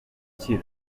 gukira